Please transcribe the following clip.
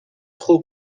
خوب